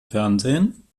fernsehen